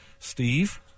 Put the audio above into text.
Steve